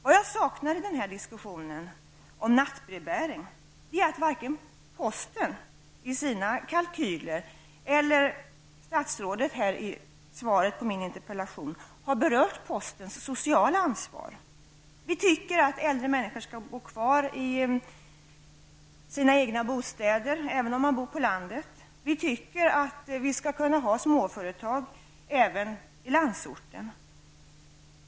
Vad jag saknar i denna diskussion om nattbrevbäring är att varken posten i sina kalkyler eller statsrådet här i svaret på min interpellation har berört postens sociala ansvar. Vi tycker att äldre människor skall kunna bo krav i sina egna bostäder även om de bor på landet. Och vi tycker att det skall finnas småföretag även i landsorten.